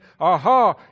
Aha